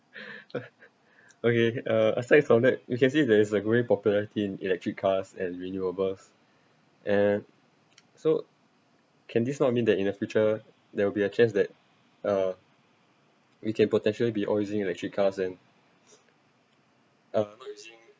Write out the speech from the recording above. okay uh aside from that you can see there is a great popularity in electric cars and renewables and so can this not mean that in the future there will be a chance that uh we can potentially be all using electric cars and uh not using